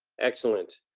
excellent.